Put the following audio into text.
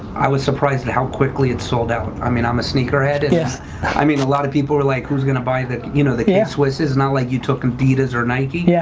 i was surprised at how quickly it sold out. i mean i'm a sneaker head and i mean a lot of people were like who's gonna buy the, you know the k-swiss. it's not like you took adidas or nike, yeah